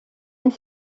est